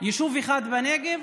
יישוב אחד בנגב,